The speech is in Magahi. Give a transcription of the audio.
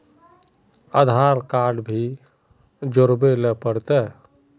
आधार कार्ड भी जोरबे ले पड़ते?